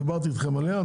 דיברתי אתכם עליה,